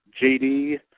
JD